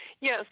Yes